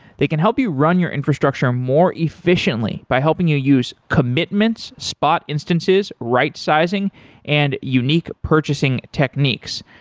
they can help you run your infrastructure more efficiently by helping you use commitments, spot instances, right sizing and unique purchasing techniques.